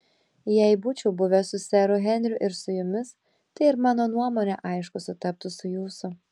jei būčiau buvęs su seru henriu ir su jumis tai ir mano nuomonė aišku sutaptų su jūsų